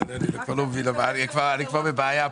אני כבר בבעיה כאן.